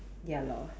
ya lor